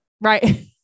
right